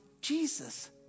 Jesus